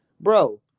Bro